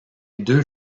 deux